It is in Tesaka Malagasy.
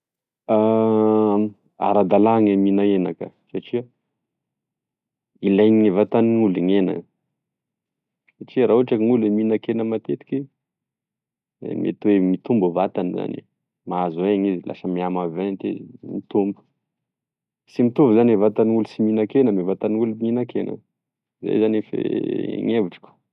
Aradala gne mihina hena satria ilaigne vatan'olo gne hena satria raha ohatry gn'olo mihinan-kena matetiky de mety oe mitombo e vatany zany mahazo ainy izy de lasa mihamaventy izy mitombo sy mitovy zany vatan'olo sy minakena ame vatanolo mihinan-kena zay zany gne fe- gn'hevitriko.